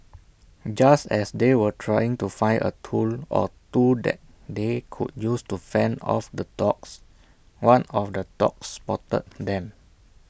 just as they were trying to find A tool or two that they could use to fend off the dogs one of the dogs spotted them